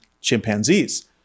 chimpanzees